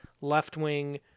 left-wing